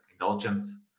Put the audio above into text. indulgence